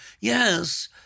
yes